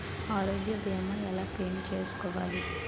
ఆరోగ్య భీమా ఎలా క్లైమ్ చేసుకోవాలి?